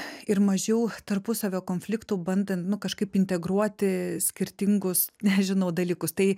ir mažiau tarpusavio konfliktų bandant nu kažkaip integruoti skirtingus nežinau dalykus tai